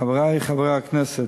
חברי חברי הכנסת,